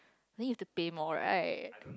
then you have to pay more right